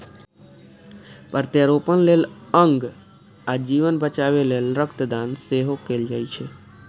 प्रत्यारोपण लेल अंग आ जीवन बचाबै लेल रक्त दान सेहो कैल जाइ छै